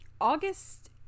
August